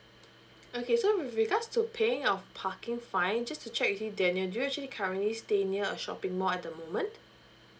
okay so with regards to paying your parking fine just to check with you danial do you actually currently stay near a shopping mall at the moment